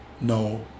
No